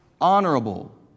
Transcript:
honorable